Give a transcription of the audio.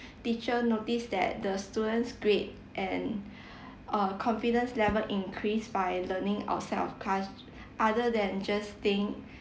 teacher notice that the student's grade and uh confidence level increase by learning outside of class other than just staying